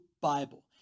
Bible